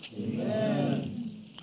amen